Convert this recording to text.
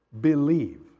Believe